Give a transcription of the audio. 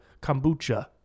kombucha